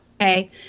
Okay